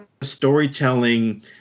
storytelling